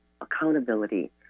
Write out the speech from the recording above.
accountability